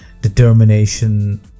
determination